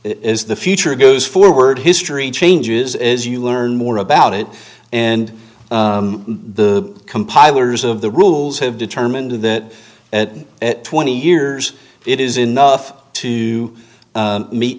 is the future goes forward history changes as you learn more about it and the compilers of the rules have determined that twenty years it is enough to meet